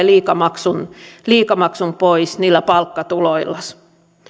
liikamaksun liikamaksun pois niillä palkkatuloillasi